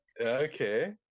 okay